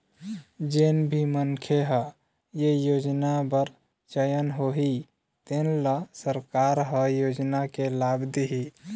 जेन भी मनखे ह ए योजना बर चयन होही तेन ल सरकार ह योजना के लाभ दिहि